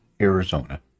Arizona